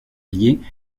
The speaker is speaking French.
liée